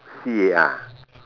ya